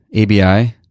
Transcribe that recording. ABI